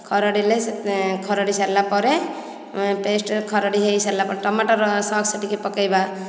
ଖରଡ଼ିଲେ ଖରଡ଼ି ସାରିଲା ପରେ ପେଷ୍ଟ ରେ ଖରଡ଼ି ହୋଇସାରିଲା ପରେ ଟମାଟୋ ସସ୍ ଟିକେ ପକେଇବା